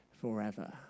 forever